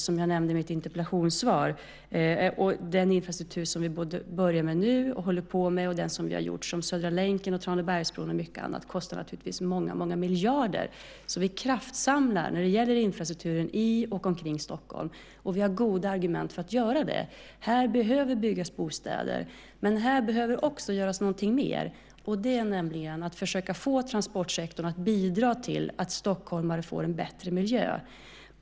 Som jag nämnde i mitt interpellationssvar kostar naturligtvis all infrastruktur - den som vi påbörjar nu, den som vi håller på med, Södra länken, Tranebergsbron och mycket annat - många miljarder, så vi kraftsamlar när det gäller infrastrukturen i och omkring Stockholm och har goda argument för att göra det. Här behöver man bygga bostäder, men man behöver också göra någonting mer, och det är att försöka få transportsektorn att bidra till att stockholmarna får en bättre miljö.